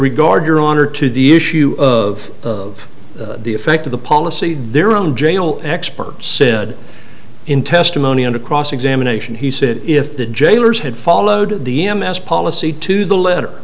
regard your honor to the issue of the effect of the policy their own jail expert said in testimony under cross examination he said if the jailers had followed the a m s policy to the letter